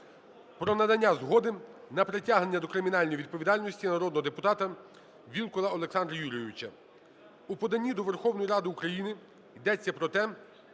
про надання згоди на притягнення до кримінальної відповідальності народного депутата Вілкула Олександра Юрійовича. У поданні до Верховної Ради України йдеться про те,